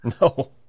No